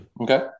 Okay